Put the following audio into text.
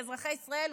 לאזרחי ישראל,